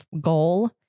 goal